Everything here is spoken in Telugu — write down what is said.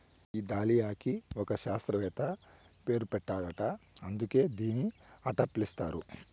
ఈ దాలియాకి ఒక శాస్త్రవేత్త పేరు పెట్టారట అందుకే దీన్ని అట్టా పిలుస్తారు